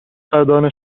قدردان